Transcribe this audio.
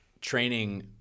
training